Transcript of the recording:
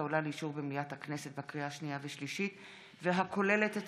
העולה לאישור במליאת הכנסת לקריאה שנייה ושלישית והכוללת את